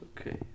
Okay